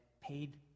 paid